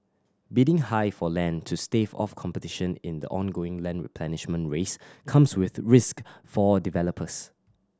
bidding high for land to stave off competition in the ongoing land replenishment race comes with risk for developers